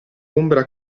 ombra